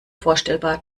vorstellbar